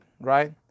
right